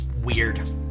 weird